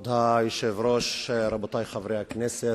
כבוד היושב-ראש, רבותי חברי הכנסת,